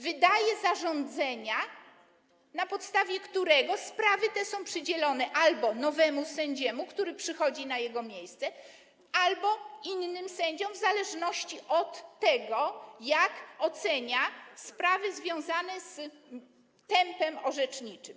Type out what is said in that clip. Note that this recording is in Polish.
Wydaje zarządzenia, na podstawie których sprawy te są przydzielone albo nowemu sędziemu, który przychodzi na jego miejsce, albo innym sędziom, w zależności od tego, jak ocenia sprawy związane z tempem orzeczniczym.